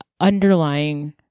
underlying